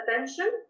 attention